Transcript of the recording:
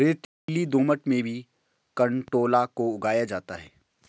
रेतीली दोमट में भी कंटोला को उगाया जाता है